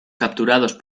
capturados